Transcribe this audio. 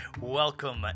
Welcome